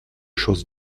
chose